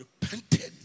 repented